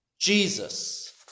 Jesus